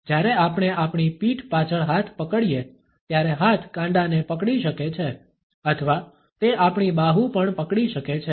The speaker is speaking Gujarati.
જ્યારે આપણે આપણી પીઠ પાછળ હાથ પકડીએ ત્યારે હાથ કાંડાને પકડી શકે છે અથવા તે આપણી બાહુ પણ પકડી શકે છે